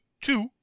two